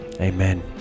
amen